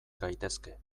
gaitezke